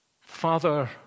Father